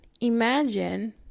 imagine